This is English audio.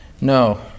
no